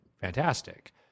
fantastic